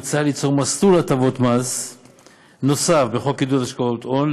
מוצע ליצור מסלול הטבות מס נוסף בחוק עידוד השקעות הון,